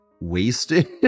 wasted